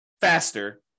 faster